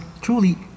truly